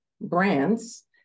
brands